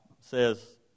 says